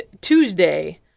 Tuesday